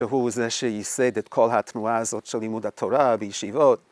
‫והוא זה שיסד את כל התנועה הזאת ‫של לימוד התורה בישיבות.